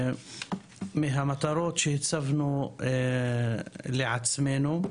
חלק מהמטרות שהצבנו לעצמנו.